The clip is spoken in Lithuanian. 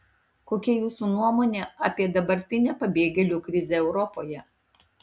kokia jūsų nuomonė apie dabartinę pabėgėlių krizę europoje